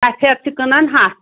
سَفید چھِ کٕنان ہَتھ